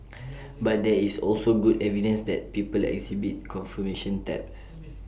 but there is also good evidence that people exhibit confirmation bias